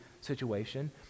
situation